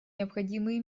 необходимые